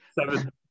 Seven